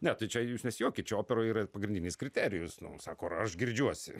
ne tai čia jūs nesijuokit čia operoj yra pagrindinis kriterijus nu sako ar aš girdžiuosi